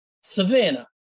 Savannah